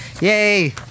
Yay